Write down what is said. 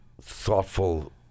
thoughtful